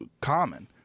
common